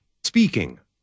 Speaking